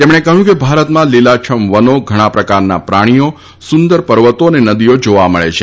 તેમણે કહ્યું કે ભારતમાં લીલાછમ વનો ઘણા પ્રકારના પ્રાણીઓ સુંદર પર્વતો અને નદીઓ જાવા મળે છે